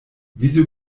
wieso